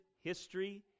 history